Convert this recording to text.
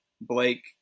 Blake